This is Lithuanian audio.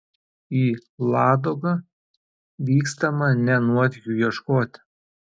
į ladogą vykstama ne nuotykių ieškoti